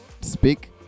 speak